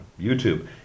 YouTube